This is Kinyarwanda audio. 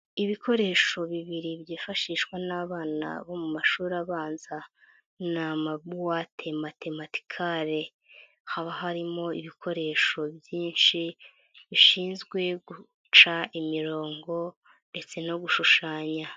Ibikoresho bibiri byifashishwa n'abana bo mu mashuri abanza. Ni amabuwate matematicale, haba harimo ibikoresho byinshi bishinzwe guca imirongo ndetse no gushushanya.